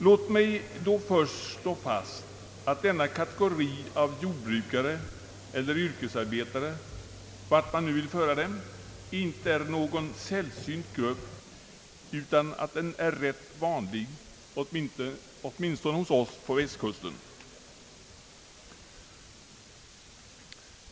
Låt mig först slå fast att denna kategori av jordbrukare eller yrkesarbetare — till vilken grupp man nu vill föra dem — inte är sällsynt utan rätt vanlig, åtminstone hos oss på västkusten.